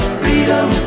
freedom